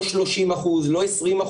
לא 30%, לא 20%,